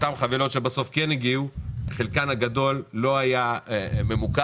אותן חבילות שבסוף כן הגיעו חלקן הגדול לא היה ממוקד